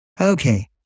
Okay